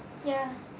ya